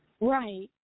right